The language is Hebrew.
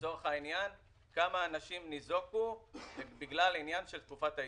כמה אנשים ניזוקו בגלל העניין של תקופת ההתיישנות.